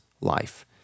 life